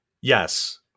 Yes